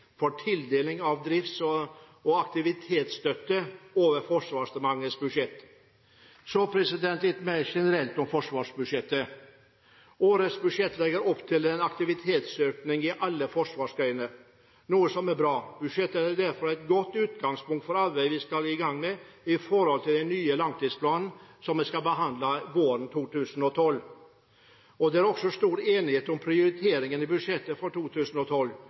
for tildeling av drifts- og aktivitetsstøtte over Forsvarsdepartementets budsjett. Så litt mer generelt om forsvarsbudsjettet. Årets budsjett legger opp til en aktivitetsøkning i alle forsvarsgrener, noe som er bra. Budsjettet er derfor et godt utgangspunkt for arbeidet vi skal i gang med i forbindelse med den nye langtidsplanen som vi skal behandle våren 2012. Det er også stor enighet om prioriteringene i budsjettet for 2012,